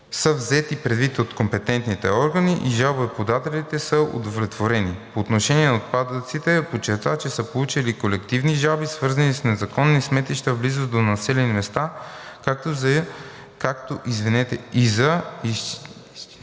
взети предвид от компетентните органи и жалбоподателите са удовлетворени. По отношение на отпадъците подчерта, че са получавани колективни жалби, свързани с незаконни сметища в близост до населените места, както и за